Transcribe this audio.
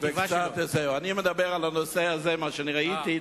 אני מדבר על הנושא הזה, מה שאני ראיתי.